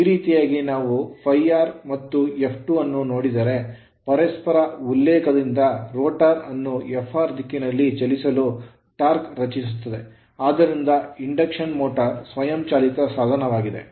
ಈ ರೀತಿಯಾಗಿ ನಾವು ∅r ಮತ್ತು F2 ಅನ್ನು ನೋಡಿದರೆ ಪರಸ್ಪರ ಉಲ್ಲೇಖದಿಂದ rotor ರೋಟರ್ ಅನ್ನು Fr ದಿಕ್ಕಿನಲ್ಲಿ ಚಲಿಸಲು torque ಟಾರ್ಕ್ ಅನ್ನು ರಚಿಸುತ್ತದೆ ಆದ್ದರಿಂದ ಇಂಡಕ್ಷನ್ ಮೋಟರ್ ಸ್ವಯಂ ಚಾಲಿತ ಸಾಧನವಾಗಿದೆ